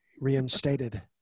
reinstated